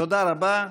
תודה רבה.